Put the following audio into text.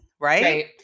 Right